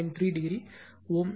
3 degree Ω ஆகும்